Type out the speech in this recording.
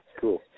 Cool